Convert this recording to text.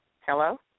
Hello